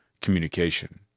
communication